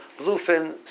bluefin